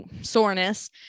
soreness